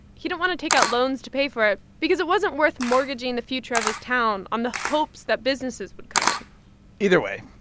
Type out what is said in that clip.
he didn't want to take out loans to pay for it because it wasn't worth mortgaging the future of his town on the hopes that businesses would come in either way,